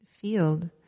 field